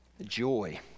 Joy